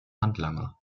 handlanger